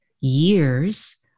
years